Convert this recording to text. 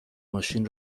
ماشین